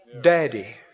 Daddy